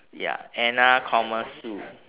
ya anna comma sue